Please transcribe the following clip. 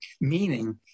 meaning